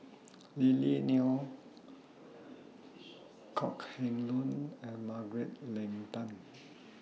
Lily Neo Kok Heng Leun and Margaret Leng Tan